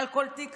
מעל כל טיקטוק,